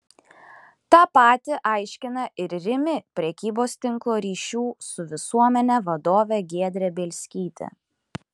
tą patį aiškina ir rimi prekybos tinklo ryšių su visuomene vadovė giedrė bielskytė